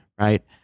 right